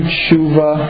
tshuva